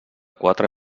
quatre